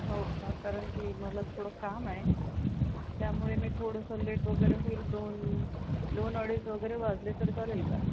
हो का कारण की मला थोडं काम आहे त्यामुळे मी थोडंसं लेट वगैरे होईन दोन दोन अडीच वगैरे वाजले तर चालेल का